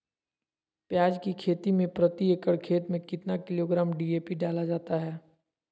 प्याज की खेती में प्रति एकड़ खेत में कितना किलोग्राम डी.ए.पी डाला जाता है?